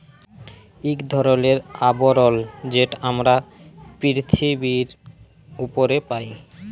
ইক ধরলের আবরল যেট আমরা পিরথিবীর উপরে পায়